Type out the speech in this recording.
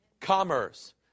Commerce